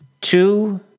Two